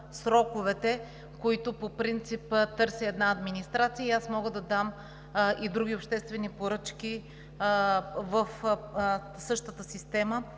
сроковете, които по принцип търси една администрация, и мога да кажа и за други обществени поръчки в същата система